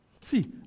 See